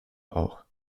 auch